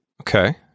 okay